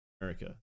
america